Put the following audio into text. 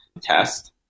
test